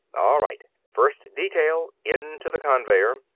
all right first detail into the conveyer.